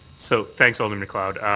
so thanks, alderman macleod.